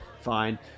Fine